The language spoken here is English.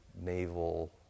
naval